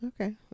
okay